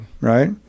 Right